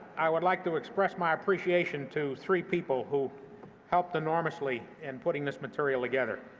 i would like to express my appreciation to three people who helped enormously in putting this material together.